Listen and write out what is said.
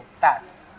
pass